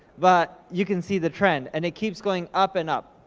but you can see the trend, and it keeps going up and up.